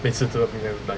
每次都有 video like